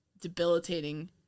debilitating